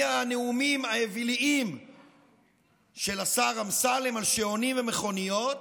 מהנאומים האוויליים של השר אמסלם על שעונים ומכוניות